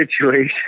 situation